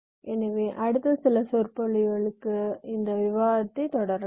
எனவே அடுத்த சில சொற்பொழிவுகளிலும் இந்த விவாதத்தை தொடரலாம்